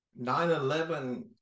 9-11